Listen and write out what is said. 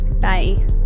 Bye